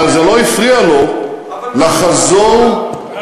אבל זה לא הפריע לו לחזור ולהטיח,